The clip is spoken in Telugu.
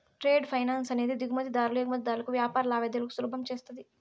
ట్రేడ్ ఫైనాన్స్ అనేది దిగుమతి దారులు ఎగుమతిదారులకు వ్యాపార లావాదేవీలను సులభం చేస్తది